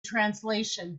translation